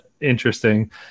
interesting